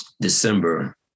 December